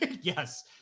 yes